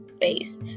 face